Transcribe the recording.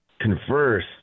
Converse